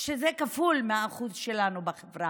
שזה כפול מהאחוז שלנו בחברה,